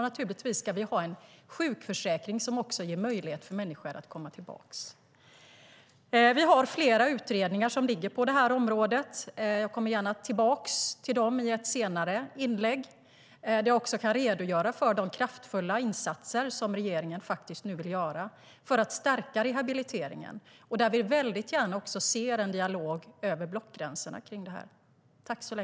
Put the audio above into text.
Naturligtvis ska vi ha en sjukförsäkring som också ger människor möjlighet att komma tillbaka.